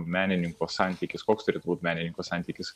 menininko santykis koks turėtų būt menininko santykis